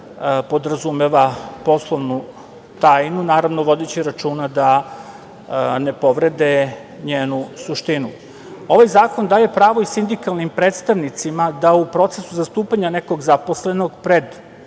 podrazumeva poslovnu tajnu, naravno, vodeći računa da ne povrede njenu suštinu. Ovaj zakon daje pravo i sindikalnim predstavnicima da u procesu zastupanja nekog zaposlenog pred